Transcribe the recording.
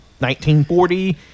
1940